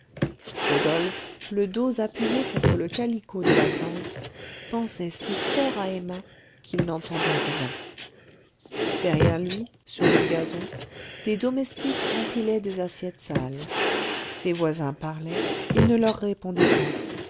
rodolphe le dos appuyé contre le calicot de la tente pensait si fort à emma qu'il n'entendait rien derrière lui sur le gazon des domestiques empilaient des assiettes sales ses voisins parlaient il ne leur répondait pas